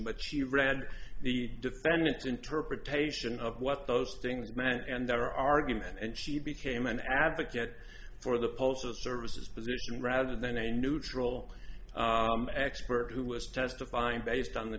but she read the defendant's interpretation of what those things meant and their argument and she became an advocate for the postal services position rather than a neutral expert who was testifying based on the